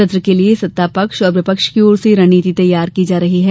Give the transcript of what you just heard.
सत्र के लिये सत्ता पक्ष और विपक्ष की ओर से रणनीति तैयार की जा रही है